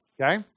Okay